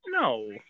No